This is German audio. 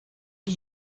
die